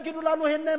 יגידו לנו: הנה,